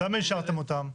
אז למה אישרתם אותם?